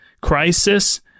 crisis